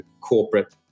corporate